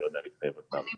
אני לא יודע להתחייב על תאריך.